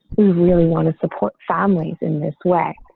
really want to support families in this way.